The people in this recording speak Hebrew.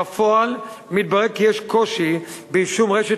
בפועל מתברר כי יש קושי ביישום רשת